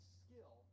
skill